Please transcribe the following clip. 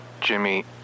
Jimmy